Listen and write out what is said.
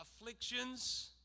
afflictions